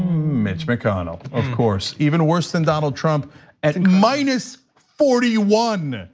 mitch mcconnell, of course. even worse that donald trump at minus forty one.